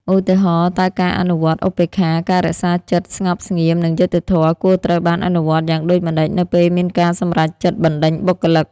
ឧទាហរណ៍ តើការអនុវត្ត ឧបេក្ខា ការរក្សាចិត្តស្ងប់ស្ងៀម និងយុត្តិធម៌ គួរត្រូវបានអនុវត្តយ៉ាងដូចម្ដេចនៅពេលមានការសម្រេចចិត្តបណ្ដេញបុគ្គលិក?